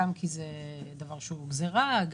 זה דבר שהוא גזירה,